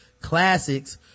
classics